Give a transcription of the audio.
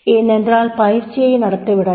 ஏனென்றால் பயிற்சியை நடத்திவிடலாம்